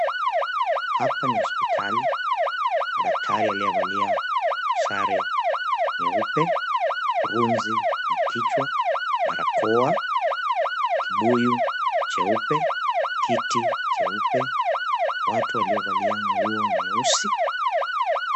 Hapa ni hospitali, daktari aliyevalia sare nyeupe, kurunzi kwa kichwa, barakoa, kibuyu cheupe, kiti cheupe, watu waliyevalia nguo nyeusi.